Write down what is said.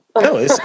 No